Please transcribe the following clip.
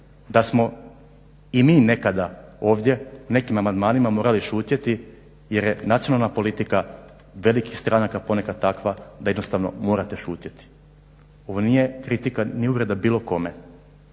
da smo i mi nekada ovdje nekim amandmanima morali šutjeti jer je nacionalna politika velikih stranaka ponekad takve da jednostavno morate šutjeti. Ovo nije kritika ni uvreda bilo kome.